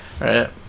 right